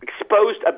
exposed